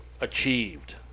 achieved